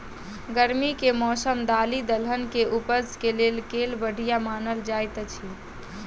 गर्मी केँ मौसम दालि दलहन केँ उपज केँ लेल केल बढ़िया मानल जाइत अछि?